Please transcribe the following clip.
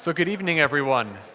so good evening, everyone.